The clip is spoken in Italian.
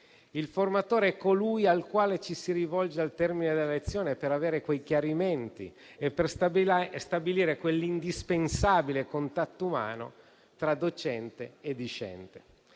Il formatore è colui al quale ci si rivolge al termine della lezione per avere chiarimenti e stabilire quell'indispensabile contatto umano tra docente e discente.